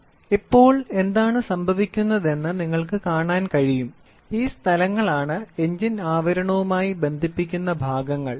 അതിനാൽ ഇപ്പോൾ എന്താണ് സംഭവിക്കുന്നതെന്ന് നിങ്ങൾക്ക് കാണാൻ കഴിയും ഈ സ്ഥലങ്ങളാണ് എഞ്ചിൻ ആവരണവുമായി ബന്ധിപ്പിക്കുന്ന ഭാഗങ്ങൾ